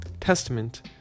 testament